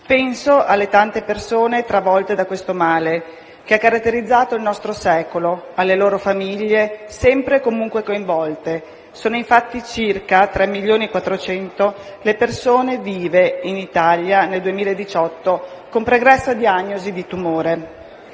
Penso alle tante persone travolte da questo male, che ha caratterizzato il nostro secolo, e alle loro famiglie sempre e comunque coinvolte. Sono infatti circa 3,4 milioni le persone vive in Italia, nel 2018, con pregressa diagnosi di tumore.